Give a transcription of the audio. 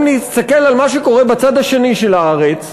אם נסתכל על מה שקורה בצד השני של הארץ,